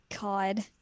God